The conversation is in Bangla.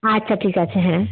আচ্ছা ঠিক আছে হ্যাঁ